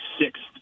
sixth